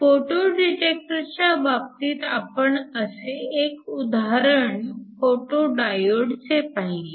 photo डिटेक्टरच्या बाबतीत आपण असे एक उदाहरण फोटो डायोडचे पाहिले